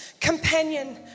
Companion